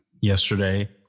yesterday